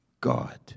God